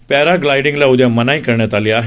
para ग्लायडींगला उद्या मनाई करण्यात आली आहे